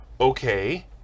Okay